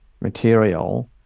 material